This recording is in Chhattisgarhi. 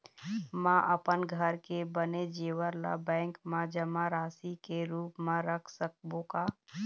म अपन घर के बने जेवर ला बैंक म जमा राशि के रूप म रख सकबो का?